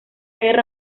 guerra